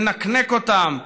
ננקנק אותם,